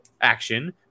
action